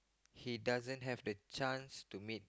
he doesn't have the chance to meet